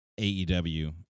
AEW